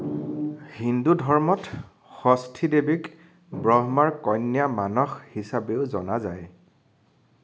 হিন্দু ধৰ্মত ষষ্ঠী দেৱীক ব্ৰহ্মাৰ কন্যা মানস হিচাপেও জনা যায়